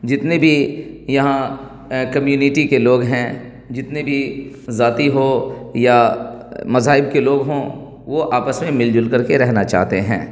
جتنے بھی یہاں کمیونٹی کے لوگ ہیں جتنے بھی ذاتی ہو یا مذاہب کے لوگ ہوں وہ آپس میں مل جل کر کے رہنا چاہتے ہیں